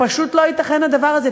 פשוט לא ייתכן הדבר הזה.